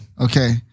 Okay